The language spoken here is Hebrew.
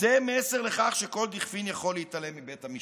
"זה מסר לכך שכל דכפין יכול להתעלם מבית המשפט".